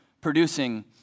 producing